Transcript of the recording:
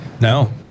No